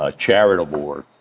ah charitable work,